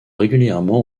régulièrement